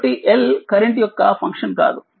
కాబట్టిLకరెంట్యొక్క function కాదు